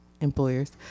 employers